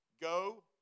go